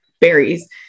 berries